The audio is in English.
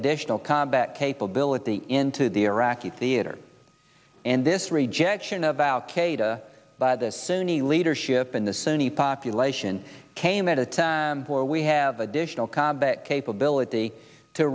additional combat capability into the iraqi theater and this rejection of al qaeda by the sunni leadership in the sunni population came at a time where we have additional combat capability to